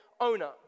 owner